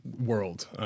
world